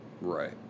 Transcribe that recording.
Right